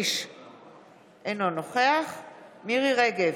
אינו נוכח מירי מרים רגב,